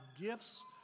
gifts